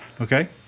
Okay